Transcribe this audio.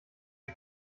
wie